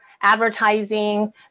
advertising